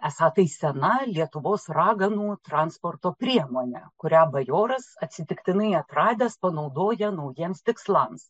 esą tai sena lietuvos raganų transporto priemonė kurią bajoras atsitiktinai atradęs panaudoja naujiems tikslams